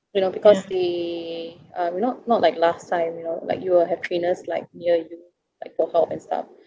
you know because they um not not like last time you know like you will have trainers like near you like go help and stuff